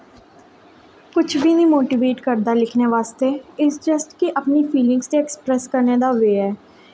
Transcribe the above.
कुछ बी निं मोटिवेट करदा लिखने बास्तै एह् जस्ट इट कि अपनी फिलिंग ऐक्सप्रैस करने दा वे ऐ